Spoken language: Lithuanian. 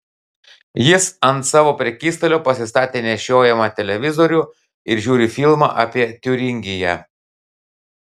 jis ant savo prekystalio pasistatė nešiojamą televizorių ir žiūri filmą apie tiuringiją